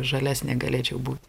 žalesnė galėčiau būt